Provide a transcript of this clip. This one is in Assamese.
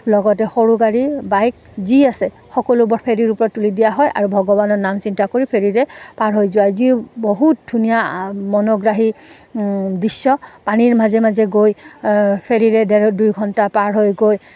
লগতে সৰু গাড়ী বাইক যি আছে সকলো ওপৰত ফেৰী ওপৰত তুলি দিয়া হয় আৰু ভগৱানৰ নাম চিন্তা কৰি ফেৰীৰে পাৰ হৈ যায় যি বহুত ধুনীয়া মনোগ্ৰাহী দৃশ্য পানীৰ মাজে মাজে গৈ ফেৰীৰে দেৰ দুই ঘণ্টা পাৰ হৈ গৈ